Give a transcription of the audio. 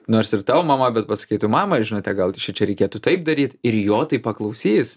nors ir tavo mama bet pasakytų mama žinote gal šičia reikėtų taip daryt ir jo tai paklausys